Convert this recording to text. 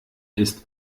ist